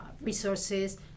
resources